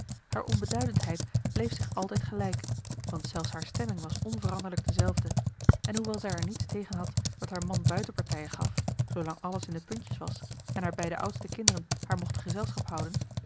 haar onbeduidendheid bleef zich altijd gelijk want zelfs haar stemming was onveranderlijk dezelfde en hoewel zij er niets tegen had dat haar man buitenpartijen gaf zoolang alles in de puntjes was en haar beide oudste kinderen haar mochten gezelschap houden